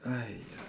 !aiya!